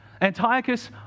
Antiochus